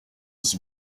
his